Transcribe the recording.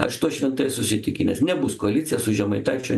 aš tuo šventai esu įsitikinęs nebus koalicija su žemaitaičiu